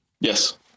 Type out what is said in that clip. Yes